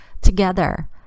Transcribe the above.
together